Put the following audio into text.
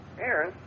Aaron